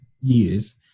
years